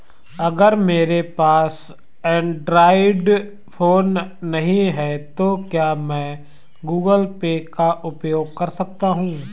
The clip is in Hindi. अगर मेरे पास एंड्रॉइड फोन नहीं है तो क्या मैं गूगल पे का उपयोग कर सकता हूं?